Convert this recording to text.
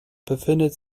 befindet